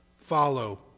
follow